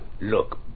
Look